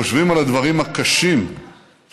וחושבים על הדברים הקשים שחווינו,